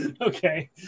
Okay